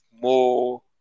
more